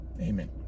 Amen